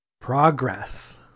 progress